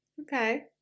okay